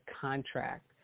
contract